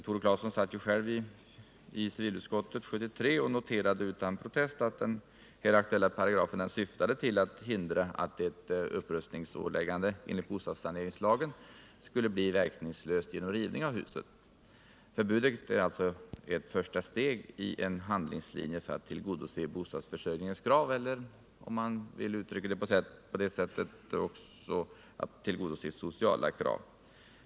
Tore Claeson satt själv i civilutskottet 1973 och noterade utan protest att den här aktuella paragrafen syftade till att hindra att ett upprustningsåläggande enligt bostadssaneringslagen skulle bli verkningslös genom rivning av husen. Förbudet är alltså ett första steg i en handlingslinje för att tillgodose bostadsförsörjningens krav — eller om man vill uttrycka det så — ”sociala” krav.